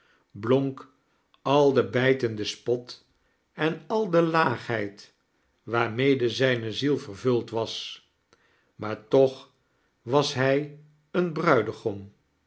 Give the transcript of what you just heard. blonk al de bijtende spot en al de laagheid waarmede zijne ziel vervuld was maar toch was hij een bruidegom